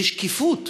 ושקיפות.